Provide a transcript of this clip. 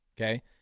Okay